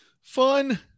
Fun